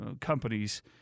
companies